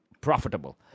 profitable